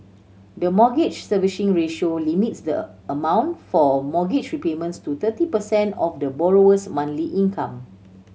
the Mortgage Servicing Ratio limits the amount for mortgage repayments to thirty percent of the borrower's monthly income